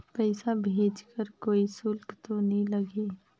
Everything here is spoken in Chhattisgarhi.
पइसा भेज कर कोई शुल्क तो नी लगही?